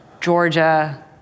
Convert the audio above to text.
Georgia